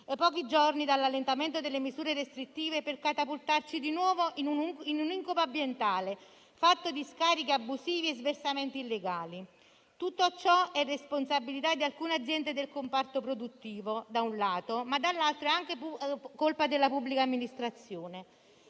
pochi giorni dall'allentamento delle misure restrittive per catapultarci di nuovo in un incubo ambientale, fatto di discariche abusive e di sversamenti illegali. Tutto ciò è responsabilità di alcune aziende del comparto produttivo - da un lato - ma - dall'altro - è anche colpa della pubblica amministrazione.